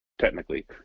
technically